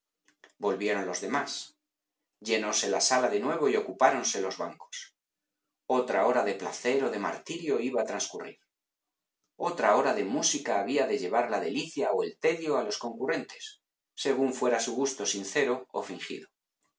volvieron los demás llenóse la sala de nuevo y ocupáronse los bancos otra hora de placer o de martirio iba a transcurrir otra hora de música había de llevar la delicia o el tedio a los concurrentes según fuera su gusto sincero o fingido